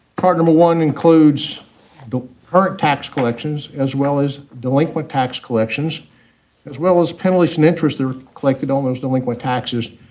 one includes the current tax collections as well as delinquent tax collections as well as penalties and interests that were collected on those delinquent taxes.